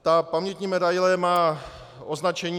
Ta pamětní medaile má označení